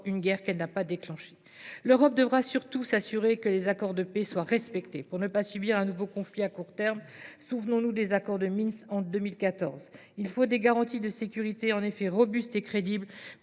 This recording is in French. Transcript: une guerre qu’elle n’a pas déclenchée. L’Europe devra surtout s’assurer que les accords de paix soient respectés pour ne pas subir un nouveau conflit à court terme. Souvenons nous des accords de Minsk en 2014 ! Il faut des garanties de sécurité robustes et crédibles